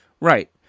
Right